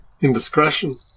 indiscretion